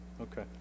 Okay